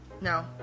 No